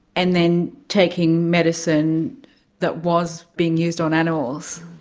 and then taking medicine that was being used on animals?